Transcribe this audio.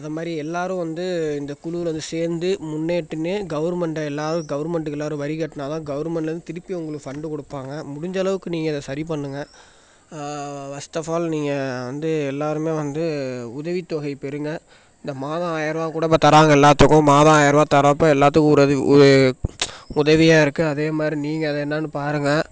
அது மாதிரி எல்லோரும் வந்து இந்த குழுவில் வந்து சேர்ந்து முன்னேட்டுனே கவர்மெண்ட்டே எல்லோரும் கவர்மெண்ட்டுக்கு எல்லோரும் வரி கட்டினா தான் கவர்மெண்ட்லேருந்து திருப்பி உங்களுக்கு ஃபண்டு கொடுப்பாங்க முடிஞ்ச அளவுக்கு நீங்கள் அதை சரி பண்ணுங்கள் ஃபஸ்ட் ஆஃப் ஆல் நீங்கள் வந்து எல்லோருமே வந்து உதவித்தொகை பெறுங்கள் இந்த மாதம் ஆயர ரூவா கூட இப்போ தர்றாங்க எல்லாத்துக்கும் மாதம் ஆயர ரூவா தர்றப்போ எல்லாத்துக்கும் உதவி உ உதவியாக இருக்குது அதே மாதிரி நீங்கள் அதை என்னன்னு பாருங்கள்